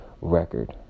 record